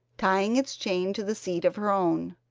tying its chain to the seat of her own.